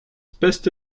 beste